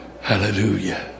Hallelujah